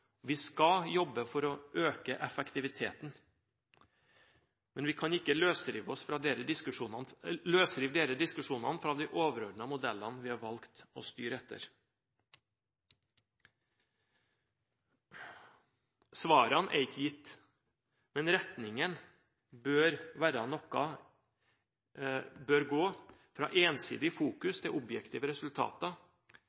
Vi skal jobbe for å øke effektiviteten, men vi kan ikke løsrive disse diskusjonene fra de overordnede modellene vi har valgt å styre etter. Svarene er ikke gitt, men retningen bør være å gå fra ensidig